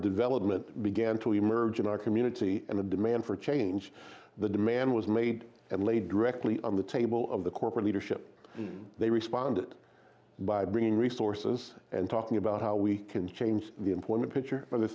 development began to emerge in our community and the demand for change the demand was made and laid directly on the table of the corporate leadership they responded by bringing resources and talking about how we can change the employment picture for the